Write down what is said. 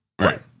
Right